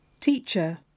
Teacher